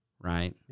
right